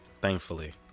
thankfully